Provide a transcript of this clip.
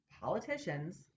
politicians